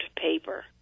paper